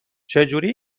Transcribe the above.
چهجوری